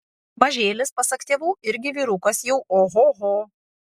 mažėlis pasak tėvų irgi vyrukas jau ohoho